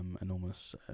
enormous